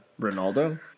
Ronaldo